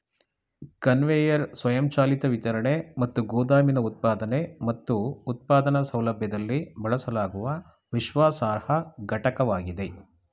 conveyor ಸ್ವಯಂಚಾಲಿತ ವಿತರಣೆ ಮತ್ತು ಗೋದಾಮಿನ ಉತ್ಪಾದನೆ ಮತ್ತು ಉತ್ಪಾದನಾ ಸೌಲಭ್ಯದಲ್ಲಿ ಬಳಸಲಾಗುವ ವಿಶ್ವಾಸಾರ್ಹ ಘಟಕವಾಗಿದೆ